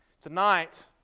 Tonight